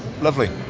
Lovely